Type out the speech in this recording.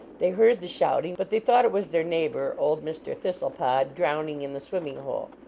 they heard the shouting, but they thought it was their neigh bor, old mr. thistlepod, drowning in the swimming hole.